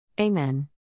Amen